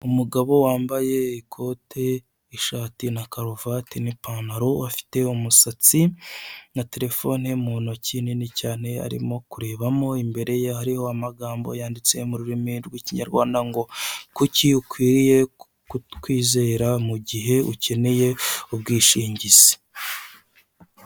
Umugabo wambaye ikote ishati na karuvati n'ipantaro afite umusatsi na telefone mu ntoki nini cyane arimo kurebamo, imbere ye hariho amagambo yanditse mu rurimi rw'Ikinyarwanda ngo kuki ukwiriye kutwizera mugihe ukeneye ubwishingizi.